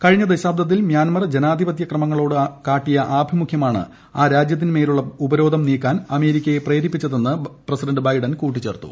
കഴിഞ്ഞ ദശാബ്ദത്തിൽ മ്യാൻമർ ജനാധിപത്യ ക്രമങ്ങളോട് കാട്ടിയ ആഭിമുഖ്യമാണ് ആ രാജ്യത്തിൻമേലുള്ള ഉപരോധം നീക്കാൻ അമേരിക്കയെ പ്രേരിപ്പിച്ചതെന്ന് പ്രസിഡന്റ് ബൈഡൻ കൂട്ടിച്ചേർത്തു